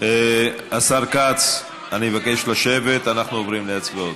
השר כץ, אני מבקש לשבת, אנחנו עוברים להצבעות.